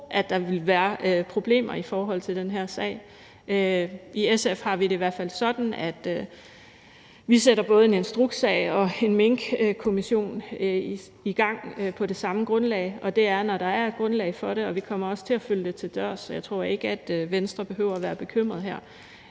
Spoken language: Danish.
at der ville være problemer i forhold til den her sag. I SF har vi det i hvert fald sådan, at vi sætter både en Instrukskommission og en Minkkommission i gang på det samme grundlag, og det er, når der er et grundlag for det. Og vi kommer også til at følge det til dørs, så jeg tror ikke, Venstre behøver at være bekymret her.